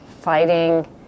fighting